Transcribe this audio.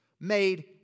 Made